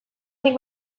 nik